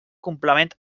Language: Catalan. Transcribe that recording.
complement